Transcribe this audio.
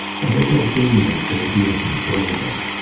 but it has gained a great deal in flavour!